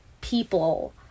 people